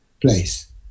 place